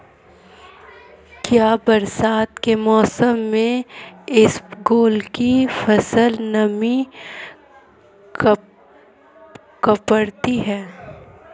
क्या बरसात के मौसम में इसबगोल की फसल नमी पकड़ती है?